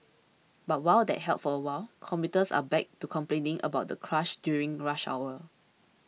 but while that helped for a while commuters are back to complaining about the crush during rush hour